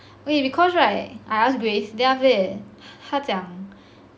wait because right I asked grace then after that 他讲